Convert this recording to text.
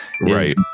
Right